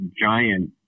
giant